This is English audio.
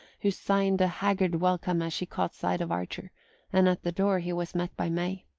who signed a haggard welcome as she caught sight of archer and at the door he was met by may.